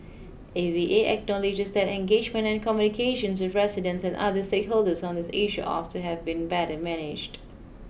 A V A acknowledges that engagement and communications with residents and other stakeholders on this issue ought to have been better managed